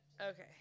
Okay